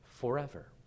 forever